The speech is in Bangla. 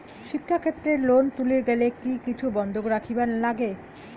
শিক্ষাক্ষেত্রে লোন তুলির গেলে কি কিছু বন্ধক রাখিবার লাগে?